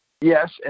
Yes